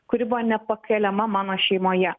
kuri buvo nepakeliama mano šeimoje